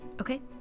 Okay